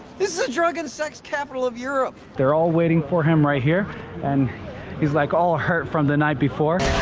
this is a drug and sex capital of europe they're all waiting for him right here and he's like all hurt from the night before